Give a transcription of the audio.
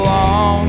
on